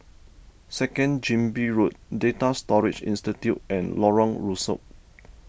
Second Chin Bee Road Data Storage Institute and Lorong Rusuk